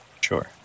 Sure